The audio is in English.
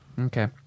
Okay